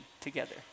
together